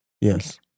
Yes